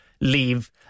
leave